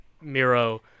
Miro –